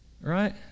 Right